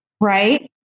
Right